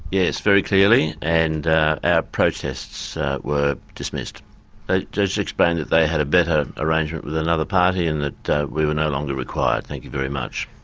very clearly. and our protests were dismissed. they just explained that they had a better arrangement with another party and that we were no longer required, thank you very much.